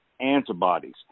antibodies